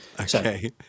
Okay